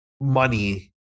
money